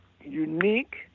unique